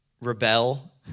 rebel